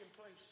place